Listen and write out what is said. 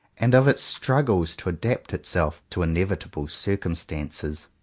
and of its struggles to adapt itself to inevitable circumstances.